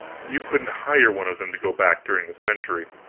you couldn't hire one of them to go back during the century,